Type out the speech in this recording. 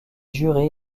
jurés